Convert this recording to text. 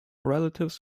relatives